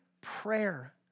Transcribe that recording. prayer